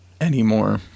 anymore